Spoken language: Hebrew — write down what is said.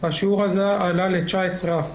השיעור הזה עלה ל-19%.